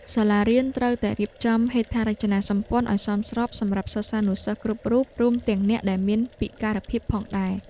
សាលារៀនត្រូវតែរៀបចំហេដ្ឋារចនាសម្ព័ន្ធឱ្យសមស្របសម្រាប់សិស្សានុសិស្សគ្រប់រូប រួមទាំងអ្នកដែលមានពិការភាពផងដែរ។